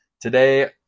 today